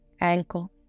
ankle